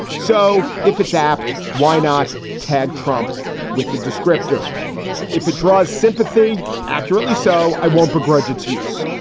so if it's apt, why not tag trump with the descriptor if it draws sympathy accurately? so i won't begrudge its use.